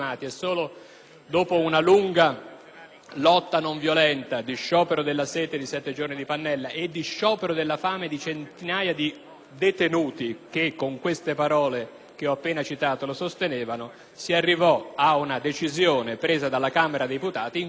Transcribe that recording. lotta non violenta, condotta con uno sciopero della sete di 7 giorni di Pannella e uno sciopero della fame di centinaia di detenuti che, con le parole che ho appena citato, lo sostenevano, si arrivò ad una decisione adottata dalla Camera dei deputati in cui si prese atto dell'impossibilità